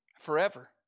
forever